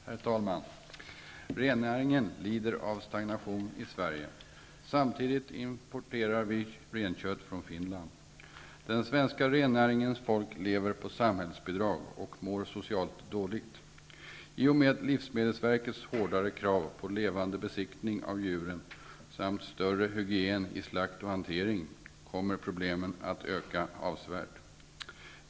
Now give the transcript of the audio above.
Herr talman! Rennäringen lider av stagnation i Sverige. Samtidigt importerar vi renkött från Finland. Den svenska rennäringens folk lever på samhällsbidrag och mår socialt dåligt. I och med livsmedelsverkets hårdare krav på besiktning av levande djur samt större hygien vid slakt och hantering kommer problemen att öka avsevärt.